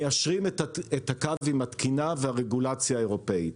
מיישרים את הקו עם התקינה והרגולציה האירופאית.